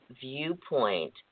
viewpoint